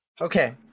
Okay